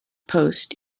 post